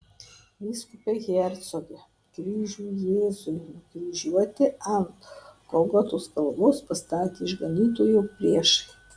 vyskupe hercoge kryžių jėzui nukryžiuoti ant golgotos kalvos pastatė išganytojo priešai